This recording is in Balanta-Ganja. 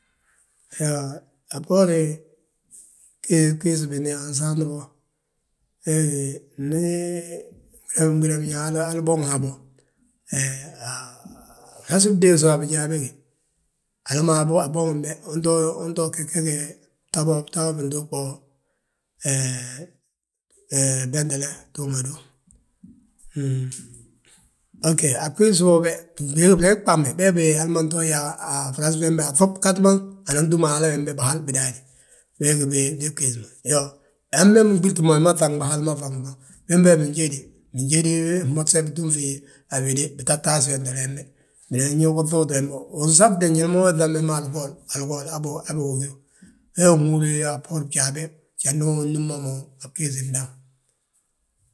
Iyoo, a bboorin bgiisi bini binsaant bo, wee gí ndi bina biñaŋ hali boŋu habo, a bijaa bége, hala ma aboŋi be, unto. Unto ge geege bta ma bintuug bo bwéntele, ftuug ma dú a giis boo be, breg ɓame, bee bi hali ma nto yaa a fras fembe. Aŧoɓ gantiban, ana túm hala wembe bihal bidaadí wee bi gi bgiis ma. Hambe, giɓirti ma wi ma ŧagni hal faŋ ma, hembe binjédi. Binjédi fmorse bitúmfi, a wéde, bitatasi wéntele wembe. Binan yaa uŧuuti wembe, win safde njali ma ubiiŧambe, algool algool wabe wi gíw. Wee wi nhúri a bboorin bjaa be, jandu unúmma mo a bgiis bdaŋ.